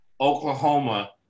Oklahoma